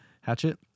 hatchet